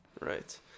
Right